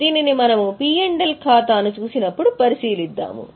దీనిని మనము P L ఖాతాను చూసినప్పుడు పరిశీలిద్దాము